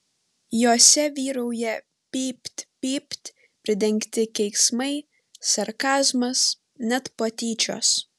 jose vyrauja pypt pypt pridengti keiksmai sarkazmas net patyčios